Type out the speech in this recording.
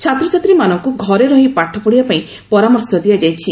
ଛାତ୍ରଛାତ୍ରୀମାନଙ୍କୁ ଘରେ ରହି ପାଠ ପଢ଼ିବା ପାଇଁ ପରାମର୍ଶ ଦିଆଯାଇଛି